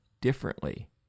differently